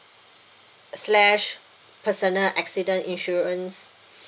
slash personal accident insurance